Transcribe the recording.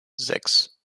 sechs